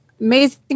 Amazing